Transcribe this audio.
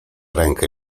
rękę